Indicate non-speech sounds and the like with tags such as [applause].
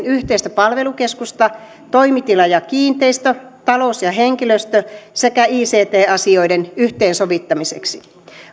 [unintelligible] yhteistä palvelukeskusta toimitila ja kiinteistö talous ja ja henkilöstö sekä ict asioiden yhteensovittamiseksi